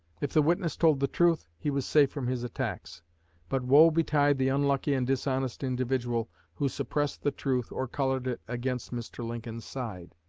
if the witness told the truth, he was safe from his attacks but woe betide the unlucky and dishonest individual who suppressed the truth or colored it against mr. lincoln's side.